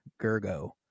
Gergo